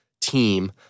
team